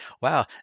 wow